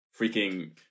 freaking